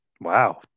Wow